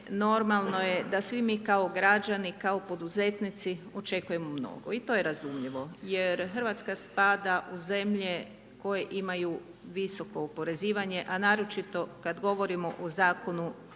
normalno je da svi mi kao građani, kao poduzetnici, očekujemo mnogo i to je razumljivo, jer Hrvatska spada u zemlje, koje imaju visoko oporezivanje, a naročito kada govorimo o Zakonu